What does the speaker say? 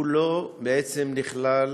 הוא בעצם לא נכלל